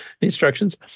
instructions